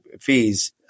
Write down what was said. fees